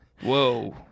Whoa